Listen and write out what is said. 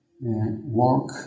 work